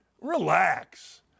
relax